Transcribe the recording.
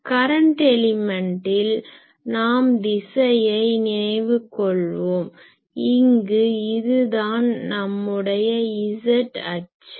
current எலிமென்ட்டில் நாம் திசையை நினைவு கொள்வோம் இங்கு இதுதான் நம்முடைய z அச்சு